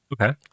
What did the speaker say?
Okay